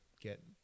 get